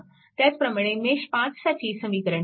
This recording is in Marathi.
त्याचप्रमाणे मेश 5 साठी समीकरण लिहा